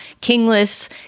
kingless